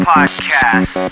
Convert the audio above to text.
Podcast